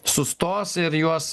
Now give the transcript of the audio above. sustos ir juos